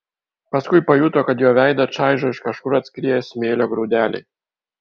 paskui pajuto kad jo veidą čaižo iš kažkur atskrieję smėlio grūdeliai